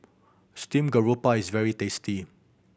steamed garoupa is very tasty